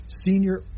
senior